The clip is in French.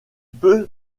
peut